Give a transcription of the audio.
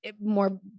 more